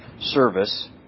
service